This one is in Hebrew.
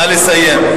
נא לסיים.